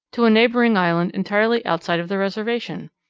to a neighbouring island entirely outside of the reservation!